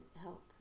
help